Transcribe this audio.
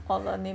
!huh!